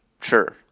Sure